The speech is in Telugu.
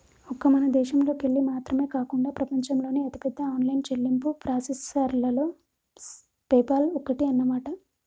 ఒక్క మన దేశంలోకెళ్ళి మాత్రమే కాకుండా ప్రపంచంలోని అతిపెద్ద ఆన్లైన్ చెల్లింపు ప్రాసెసర్లలో పేపాల్ ఒక్కటి అన్నమాట